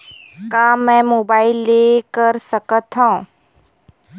का मै मोबाइल ले कर सकत हव?